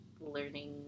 learning